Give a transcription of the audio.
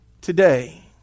today